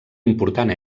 important